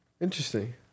Interesting